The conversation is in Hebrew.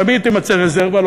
תמיד תימצא רזרבה,